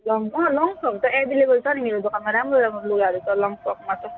lungs हो भने त एभाइलेभल छ नि मेरो दोकानमा राम्रो राम्रो लुगाहरू छ लङ्समा त